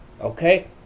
Okay